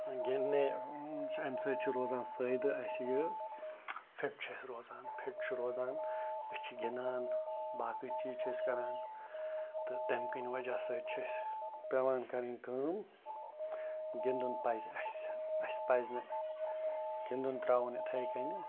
گِنٛدنے چھِ اَمہِ سۭتۍ چھِ روزان فٲیدٕ اَسہِ یہِ فِٹ چھِ أسۍ روزان فِٹ چھِ روزان أسۍ چھِ گِنٛدان باقٕے چیٖز چھِ أسۍ کَران تہٕ تَمۍ کِنۍ وجہ سۭتۍ چھِ أسۍ پٮ۪وان کَرٕنۍ کٲم گِنٛدُن پَزِ اَسہِ اَسہِ پَزِ نہٕ گِنٛدُن ترٛاوُن یِتھَے کَنہِ